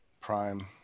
Prime